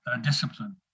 discipline